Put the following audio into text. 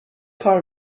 کار